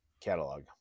catalog